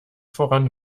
voran